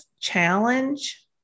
challenge